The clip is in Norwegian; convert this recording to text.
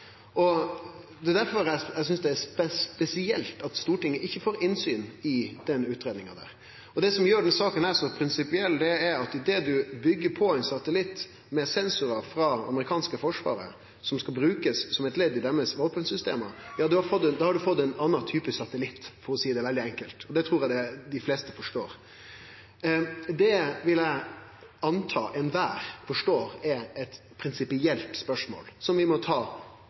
Det er difor eg synest det er spesielt at Stortinget ikkje får innsyn i denne utgreiinga. Det som gjer denne saka så prinsipiell, er at idet ein byggjer på ein satellitt med sensorar frå det amerikanske forsvaret – som skal brukast som eit ledd i deira våpensystem – har ein fått ein annan type satellitt, for å seie det veldig enkelt. Det trur eg dei fleste forstår. Det vil eg anta alle forstår er eit prinsipielt spørsmål, som vi må ta